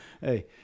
Hey